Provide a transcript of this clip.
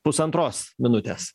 pusantros minutės